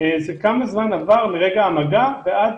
כמה זמן עבר מרגע המגע ועד